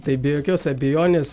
tai be jokios abejonės